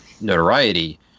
notoriety